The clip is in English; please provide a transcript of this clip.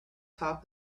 top